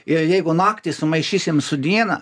ir jeigu naktį sumaišysim su diena